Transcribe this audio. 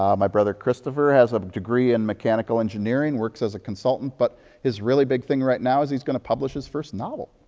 um my brother, christopher, has a degree in mechanical engineering, works as a consultant, but his really big thing right now is he's going to publish his first novel.